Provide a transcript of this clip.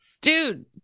Dude